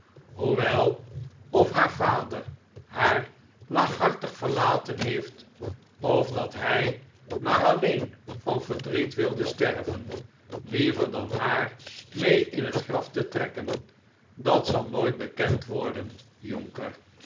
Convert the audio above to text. hoewel of haar vader haar laaghartig verlaten heeft of dat hij maar alleen van verdriet wilde sterven liever dan haar mee in het graf te trekken dat zal nooit bekend worden jonker